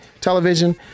television